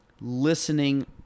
listening